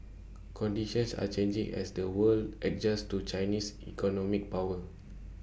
conditions are changing as the world adjusts to Chinese economic power